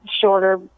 shorter